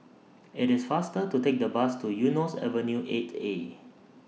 IT IS faster to Take The Bus to Eunos Avenue eight A